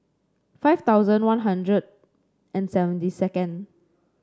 five thousand One Hundred and seventy second